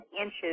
inches